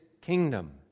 kingdom